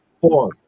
Four